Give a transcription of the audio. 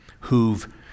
who've